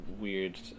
weird